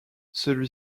celui